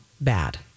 bad